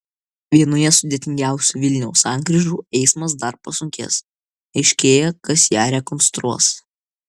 vienoje sudėtingiausių vilniaus sankryžų eismas dar pasunkės aiškėja kas ją rekonstruos